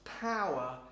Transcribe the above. power